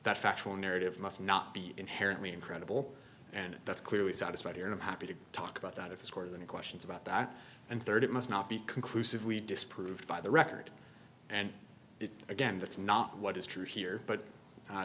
that factual narrative must not be inherently incredible and that's clearly satisfied and i'm happy to talk about that if it's part of any questions about that and third it must not be conclusively disproved by the record and again that's not what is true here but